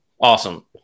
Awesome